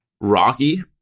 Rocky